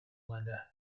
linda